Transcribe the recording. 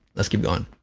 let's keep going.